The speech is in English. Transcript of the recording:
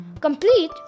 complete